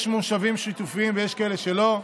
יש מושבים שיתופיים ויש כאלה שלא,